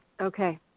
Okay